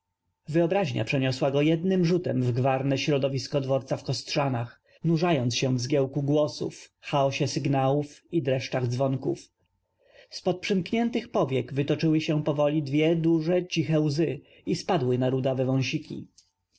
yobraźnia przeniosła go jednym rzutem w g w arn e środow isko dw orca w k ostrza nach nurzając się w zgiełku głosów chaosie sygnałów i dreszczach dzw onków z pod przym kniętych pow iek w ytoczyły się powoli duże dwie ciche łzy i spadły na rudaw e w